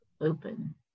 open